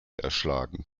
erschlagen